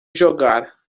jogar